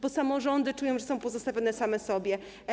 Bo samorządy czują, że są pozostawione same sobie.